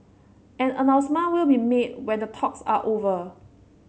an announcement will be made when the talks are over